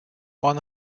one